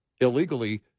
illegally